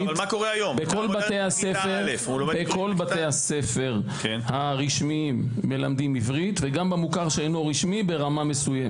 בכל בתי הספר הרשמיים מלמדים עברית וגם במוכר שאינו רשמי ברמה מסוימת.